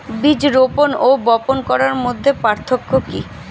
বীজ রোপন ও বপন করার মধ্যে পার্থক্য কি?